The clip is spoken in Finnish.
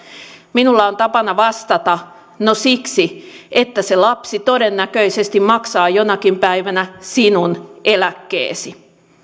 minulla on tapana vastata no siksi että se lapsi todennäköisesti maksaa jonakin päivänä sinun eläkkeesi